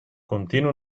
contiene